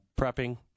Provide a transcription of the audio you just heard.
prepping